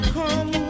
come